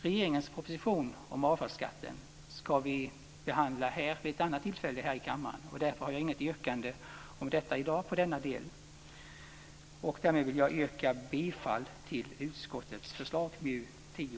Regeringens proposition om avfallsskatten skall vi behandla vid ett annat tillfälle här i kammaren. Därför har jag inget yrkande i fråga om det här i dag på denna del. Därmed vill jag yrka bifall till utskottets hemställan i MJU10.